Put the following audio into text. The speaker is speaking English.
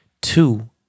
Two